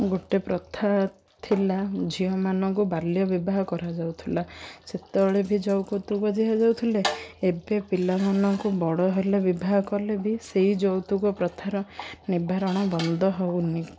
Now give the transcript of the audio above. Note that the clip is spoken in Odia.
ଗୋଟେ ପ୍ରଥା ଥିଲା ଝିଅମାନଙ୍କୁ ବାଲ୍ୟ ବିବାହ କରାଯାଉଥିଲା ସେତେବେଳେ ବି ଯୌତୁକ ବଜାଯାଉଥିଲେ ଏବେ ପିଲାମାନଙ୍କୁ ବଡ଼ ହେଲେ ବିବାହ କଲେ ବି ସେଇ ଯୌତୁକ ପ୍ରଥାର ନିବାରଣ ବନ୍ଦ ହଉନି